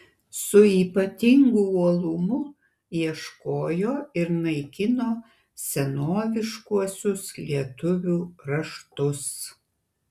su ypatingu uolumu ieškojo ir naikino senoviškuosius lietuvių raštus